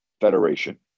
Federation